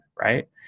right